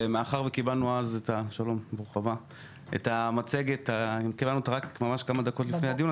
מאחר שאז קיבלנו את המצגת רק ממש כמה דקות לפני הדיון,